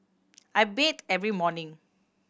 I bathe every morning